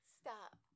Stop